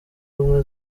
ubumwe